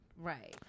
right